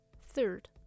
Third